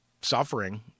suffering